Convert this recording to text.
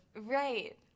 Right